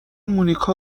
مونیکا